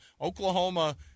Oklahoma